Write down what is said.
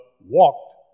walked